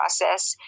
process